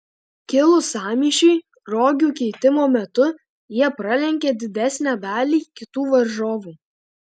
kilus sąmyšiui rogių keitimo metu jie pralenkė didesnę dalį kitų varžovų